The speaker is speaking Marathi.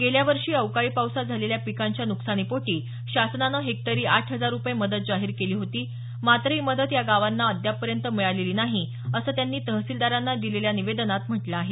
गेल्यावर्षी अवकाळी पावसात झालेल्या पिकांच्या नुकसानीपोटी शासनानं हेक्टरी आठ हजार रुपये मदत जाहीर केली होती मात्र हे मदत या गावांना अद्यापर्यंत मिळालेली नाही असं त्यांनी तहसीलदारांना दिलेल्या निवेदनात म्हटलं आहे